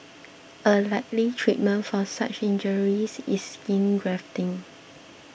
a likely treatment for such injuries is skin grafting